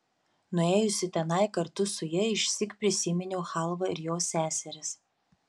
nuėjusi tenai kartu su ja išsyk prisiminiau chalvą ir jos seseris